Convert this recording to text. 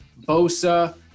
Bosa